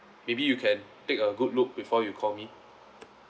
maybe you can take a good look before you call me